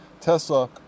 Tesla